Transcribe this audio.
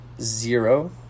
zero